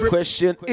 Question